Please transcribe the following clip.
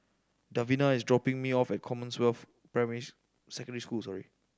Davina is dropping me off at Commonwealth Primary Secondary School sorry